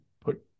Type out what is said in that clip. put